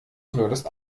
würdest